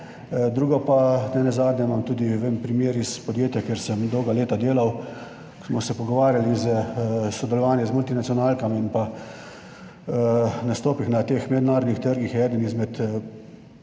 Drugi pa, nenazadnje imam tudi en primer iz podjetja, kjer sem dolga leta delal, ko smo se pogovarjali o sodelovanju z multinacionalkami in nastopi na teh mednarodnih trgih, je eden izmed